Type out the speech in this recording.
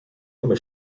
nome